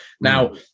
Now